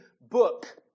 book